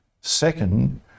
Second